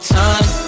time